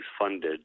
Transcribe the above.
funded